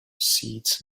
seeds